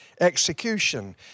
execution